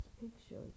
pictures